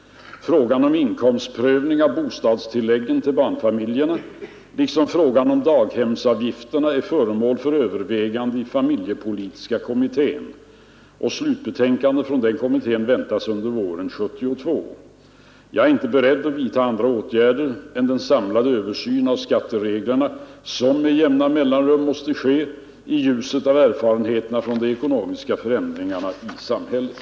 Frågan om inkomstprövning av bostadstilläggen till barnfamiljerna liksom frågan om daghemsavgifterna är föremål för överväganden i familjepolitiska kommittén. Slutbetänkande från kommittén väntas under våren 1972. Jag är inte beredd att vidta andra åtgärder än den samlade översyn av skattereglerna som med jämna mellanrum måste ske i ljuset av erfarenheterna från de ekonomiska förändringarna i samhället.